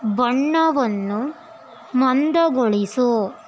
ಬಣ್ಣವನ್ನು ಮಂದಗೊಳಿಸು